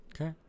Okay